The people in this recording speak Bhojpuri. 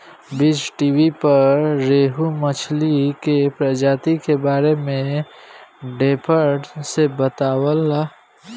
बीज़टीवी पर रोहु मछली के प्रजाति के बारे में डेप्थ से बतावता